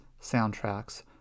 soundtracks